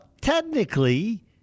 technically